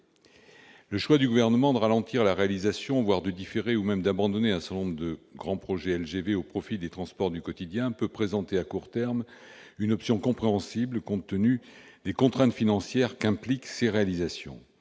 Le choix du Gouvernement de ralentir, voire de différer ou même d'abandonner, la réalisation d'un certain nombre de grands projets LGV au profit des transports du quotidien peut présenter à court terme une option compréhensible compte tenu des contraintes financières qu'impliquent de tels projets.